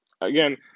Again